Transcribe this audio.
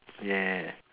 yeah